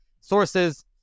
sources